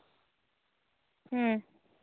ᱦᱩᱸ